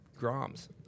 groms